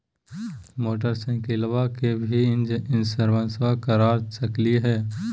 मोटरसाइकिलबा के भी इंसोरेंसबा करा सकलीय है?